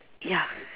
ya